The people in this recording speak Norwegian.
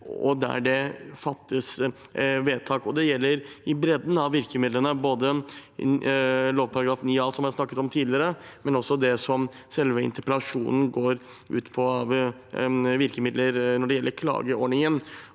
og der det fattes vedtak. Det gjelder i bredden av virkemidlene, både § 9 A, som jeg snakket om tidligere, og også det selve interpellasjonen går ut på, med hensyn til virkemidler når det gjelder klageordningen.